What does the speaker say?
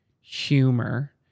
humor